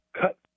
cut